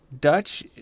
Dutch